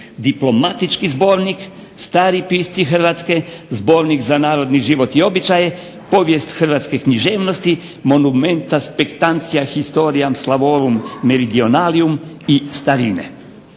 Diplomatički zbornik, Stari pisci Hrvatske, Zbornik za narodni život i običaje, Povijest hrvatske književnosti, Monumenta spectantia historiam Slavorum meridionalium i Starine.